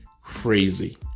crazy